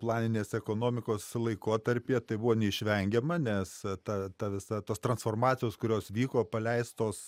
planinės ekonomikos laikotarpyje tai buvo neišvengiama nes ta ta visa tos transformacijos kurios vyko paleistos